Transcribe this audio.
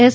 S